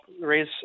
raise